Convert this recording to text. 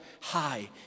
high